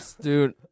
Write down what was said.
Dude